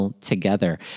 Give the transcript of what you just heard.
together